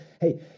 Hey